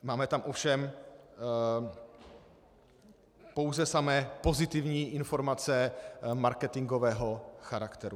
Máme tam ovšem pouze samé pozitivní informace marketingového charakteru.